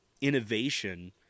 innovation